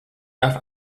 nach